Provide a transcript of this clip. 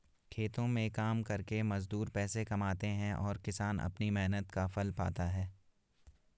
खेतों में काम करके मजदूर पैसे कमाते हैं और किसान अपनी मेहनत का फल पाता है